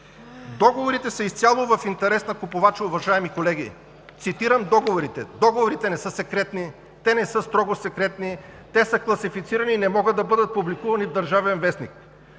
Договорите са изцяло в интерес на купувача, уважаеми колеги! Цитирам договорите: „Договорите не са секретни, те не са строго секретни – те са класифицирани и не могат да бъдат публикувани в „Държавен вестник“.“